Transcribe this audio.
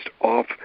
off